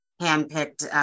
hand-picked